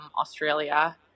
australia